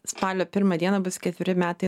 spalio pirmą dieną bus ketveri metai